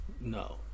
No